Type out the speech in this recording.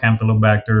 campylobacter